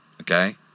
Okay